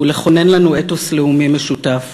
הוא לכונן לנו אתוס לאומי משותף